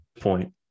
point